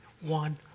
One